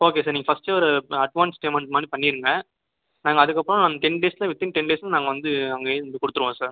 okay sir நீங்கள் ஃபஸ்ட்டே ஒரு அட்வான்ஸ் பேமண்ட் மாதிரி பண்ணிருங்க நாங்கள் அதுக்கப்புறம் டென் டேஸில் வித்தின் டென் டேஸ் நாங்கள் வந்து அங்கேயே வந்து கொடுத்துருவோம் சார்